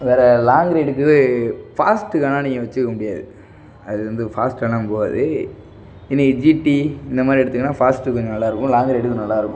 வேறு லாங் ரைடுக்கு ஃபாஸ்ட்டுக்கு ஆனால் நீங்கள் வைச்சுக்க முடியாது அது வந்து ஃபாஸ்ட்டானா போகாது இன்றைக்கி ஜிடி இந்த மாதிரி எடுத்திங்கனால் ஃபாஸ்ட்டு கொஞ்சம் நல்லா இருக்கும் லாங் ரைடுக்கும் நல்லா இருக்கும்